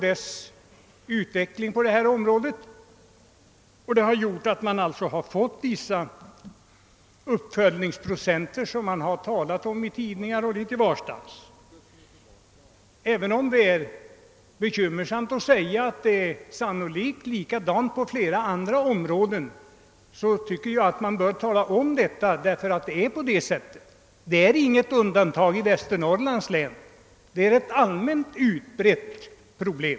även om det är tråkigt att behöva säga det måste jag konstatera att Västernorrlands län inte utgör något undantag — problemet är allmänt utbrett.